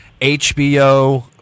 HBO